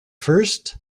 first